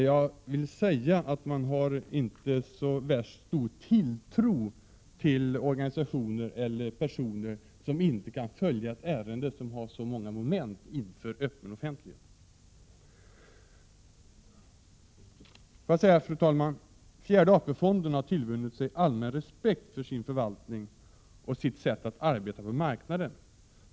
Jag vill säga att jag inte sätter så värst stor tilltro till organisationer och personer, som inte kan följa ett ärende som har så många moment inför den öppna offentligheten. Fru talman! Fjärde AP-fonden har tillvunnit sig allmän respekt för sin förvaltning och sitt sätt att arbeta på marknaden.